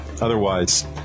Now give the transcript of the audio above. Otherwise